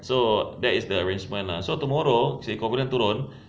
so that is the arrangement lah so tomorrow si covenant turun